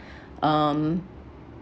um